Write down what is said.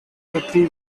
three